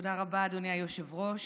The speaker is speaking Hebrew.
תודה רבה, אדוני היושב-ראש.